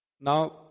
Now